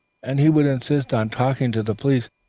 and he would insist on talking to the police,